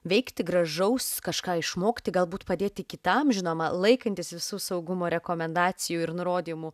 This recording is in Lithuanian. veikti gražaus kažką išmokti galbūt padėti kitam žinoma laikantis visų saugumo rekomendacijų ir nurodymų